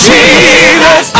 Jesus